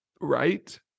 Right